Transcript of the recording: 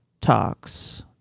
talks